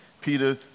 Peter